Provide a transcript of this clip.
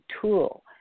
tool